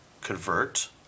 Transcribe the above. convert